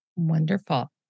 Wonderful